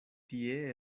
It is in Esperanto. tie